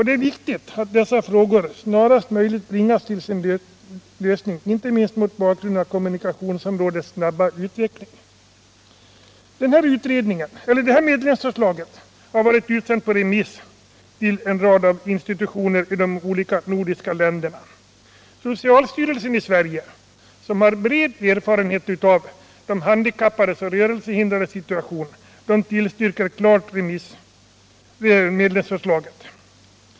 Det är viktigt att dessa frågor snarast möjligt bringas till sin lösning, inte minst mot bakgrund av kommunikationsområdets snabba utveckling. Detta medlemsförslag har varit utsänt på remiss till en rad institutioner i de olika nordiska länderna. Socialstyrelsen i Sverige, som har bred och djup erfarenhet av de handikappades och rörelsehindrades situation, tillstyrker förslaget.